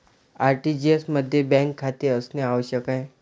RTGS मध्ये bank खाते असणे आवश्यक आहे